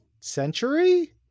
century